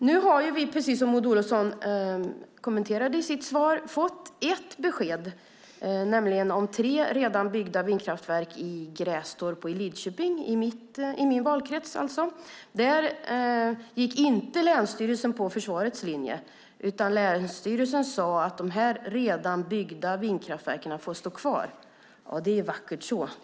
Nu har vi, precis som Maud Olofsson sade i sitt svar, fått ett besked, nämligen om tre redan byggda vindkraftverk i Grästorp och Lidköping, i min valkrets. Där gick länsstyrelsen inte på försvarets linje, utan länsstyrelsen sade att dessa redan byggda vindkraftverk får stå kvar. Det är vackert så.